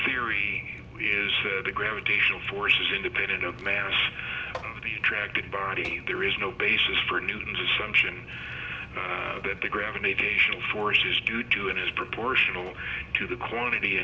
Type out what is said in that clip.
theory is the gravitational force is independent of mass of the attractive body there is no basis for newton's assumption that the gravitational force is due to and is proportional to the quantity